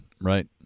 Right